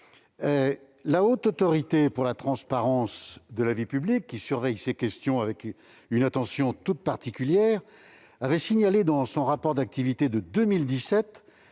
La Haute Autorité pour la transparence de la vie publique, qui surveille ces questions avec une attention toute particulière, signalait, dans son rapport d'activité de 2017,